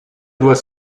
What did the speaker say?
doit